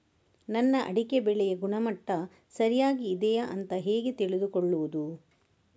ನನ್ನ ಅಡಿಕೆ ಬೆಳೆಯ ಗುಣಮಟ್ಟ ಸರಿಯಾಗಿ ಇದೆಯಾ ಅಂತ ಹೇಗೆ ತಿಳಿದುಕೊಳ್ಳುವುದು?